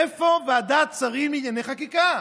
איפה ועדת שרים לענייני חקיקה?